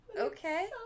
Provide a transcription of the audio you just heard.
okay